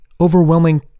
Overwhelming